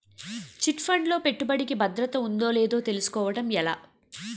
Chit fund లో పెట్టుబడికి భద్రత ఉందో లేదో తెలుసుకోవటం ఎలా?